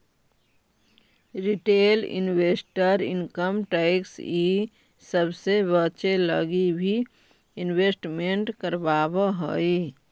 retail investor income tax इ सब से बचे लगी भी इन्वेस्टमेंट करवावऽ हई